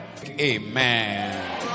amen